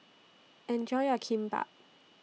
Enjoy your Kimbap